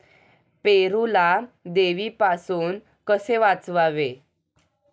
पेरूला देवीपासून कसे वाचवावे?